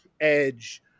Edge